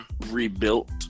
rebuilt